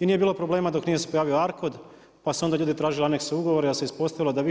I nije bilo problem dok nije se pojavio ARKOD, pa su onda ljudi tražili anekse ugovora, pa se ispostavilo da